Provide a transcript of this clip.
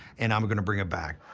and i'm going to bring them back.